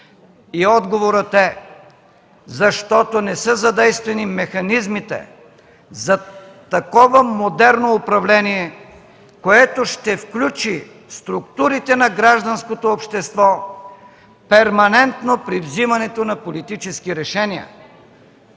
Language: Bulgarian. Отговорът е: защото не са задействани механизмите за такова модерно управление, което ще включи структурите на гражданското общество перманентно при взимането на политически решения.